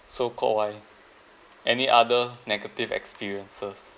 so Kok Wai any other negative experiences